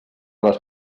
les